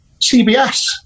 CBS